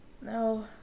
No